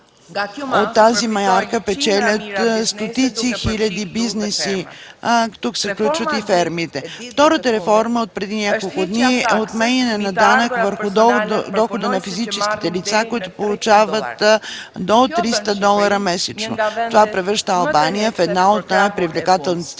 От тази мярка печелят стотици хиляди бизнеси. Тук се включват и фермите. Втората реформа, отпреди няколко дни, е отменяне на данък върху дохода на физическите лица, които получават до 300 долара месечно. Това превръща Албания в една от най-привлекателните страни